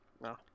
No